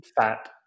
fat